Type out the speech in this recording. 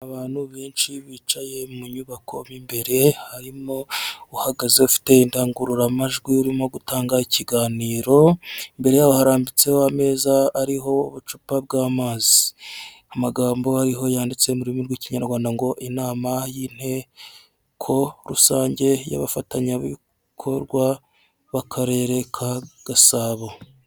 Abantu benshi bicaye mu nyubako mo imbere harimo uhagaze ufite indangururamajwi urimo gutanga ikiganiro, imbere y'aho harambitseho ameza ariho ubucupa bw'amazi, amagambo ariho yanditse murimi rw'ikinyarwanda ngo inama y'inteko rusange y'abafatanyabikorwa b'akarere ka Gasabo.